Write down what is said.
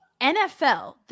NFL